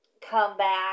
comeback